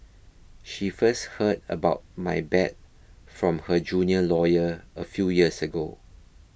she first heard about my bad from her junior lawyer a few years ago